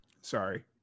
sorry